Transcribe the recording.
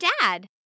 dad